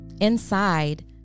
Inside